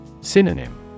Synonym